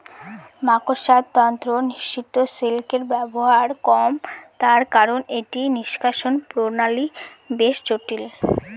মাকড়সার তন্তু নিঃসৃত সিল্কের ব্যবহার কম তার কারন এটি নিঃষ্কাষণ প্রণালী বেশ জটিল